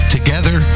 Together